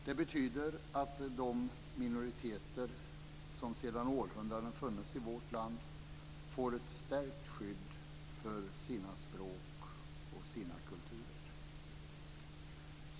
Det betyder att de minoriteter som sedan århundraden funnits i vårt land får ett stärkt skydd för sina språk och sina kulturer.